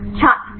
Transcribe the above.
छात्र 087